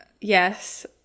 yes